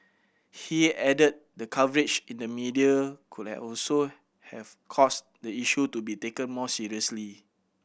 he added the coverage in the media could also have caused the issue to be taken more seriously